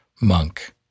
monk